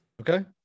Okay